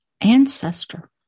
ancestor